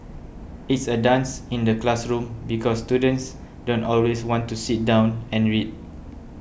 it's a dance in the classroom because students don't always want to sit down and read